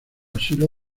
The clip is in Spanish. asilo